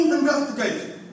investigation